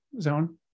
zone